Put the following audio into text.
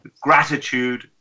gratitude